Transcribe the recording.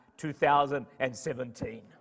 2017